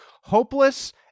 Hopeless